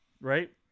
Right